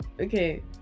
Okay